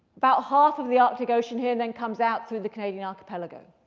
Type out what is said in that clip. about half of the arctic ocean here, then comes out through the canadian archipelago.